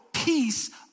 peace